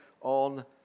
on